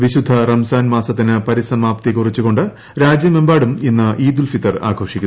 വിശുദ്ധ റംസാൻ മാസത്തിന് പരിസമാപ്തി കുറിച്ചു ് രാജ്യമെമ്പാടും ഇന്ന് ഈദ് ഉൽ ഫിത്തർ കൊ ആഘോഷിക്കുന്നു